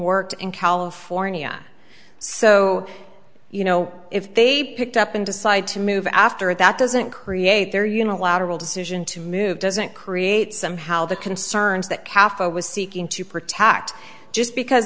worked in california so you know if they picked up and decide to move after it that doesn't create their unilateral decision to move doesn't create somehow the concerns that kaffir was seeking to protect just because